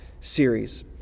series